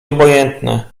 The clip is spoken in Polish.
obojętne